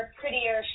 prettier